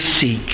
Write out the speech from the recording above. seek